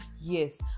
Yes